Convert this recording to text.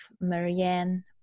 Marianne